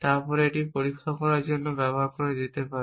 তারপরে এটি পরীক্ষা করার জন্য ব্যবহার করা যেতে পারে